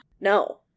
No